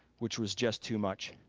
which was just too much.